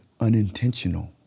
unintentional